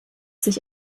sich